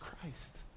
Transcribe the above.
Christ